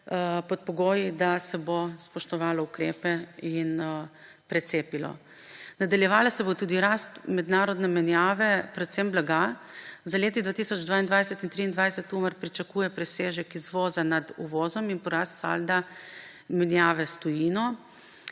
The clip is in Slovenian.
pod pogoji, da se bo spoštovalo ukrepe in precepilo. Nadaljevala se bo tudi rast mednarodne menjave, predvsem blaga, za leti 2022 in 2023 Umar pričakuje presežek izvoza nad uvozom in porast salda menjave s tujino.